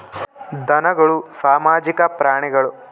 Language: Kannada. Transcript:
ಧನಗಳು ಸಾಮಾಜಿಕ ಪ್ರಾಣಿಗಳು